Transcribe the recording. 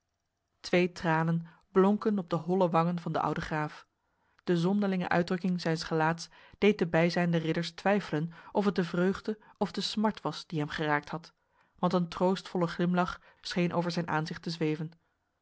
twee tranen blonken op de holle wangen van de oude graaf de zonderlinge uitdrukking zijns gelaats deed de bijzijnde ridders twijfelen of het de vreugde of de smart was die hem geraakt had want een troostvolle glimlach scheen over zijn aanzicht te zweven